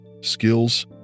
skills